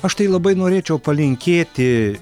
aš tai labai norėčiau palinkėti